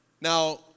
Now